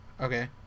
Okay